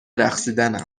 رقصیدنم